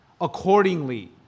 accordingly